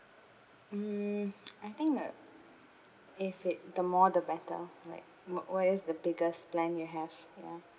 mm I think uh if it the more the better like more what is the biggest plan you have ya